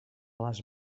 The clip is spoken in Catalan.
les